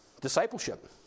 Discipleship